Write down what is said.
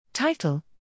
Title